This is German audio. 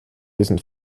diesen